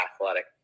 Athletic